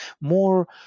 more